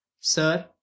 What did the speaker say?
Sir